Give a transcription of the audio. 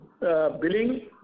billing